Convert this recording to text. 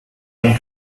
and